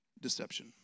Deception